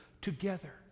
together